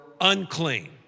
unclean